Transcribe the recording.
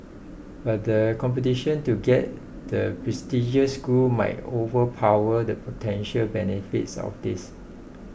but the competition to get the prestigious school might overpower the potential benefits of this